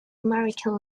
american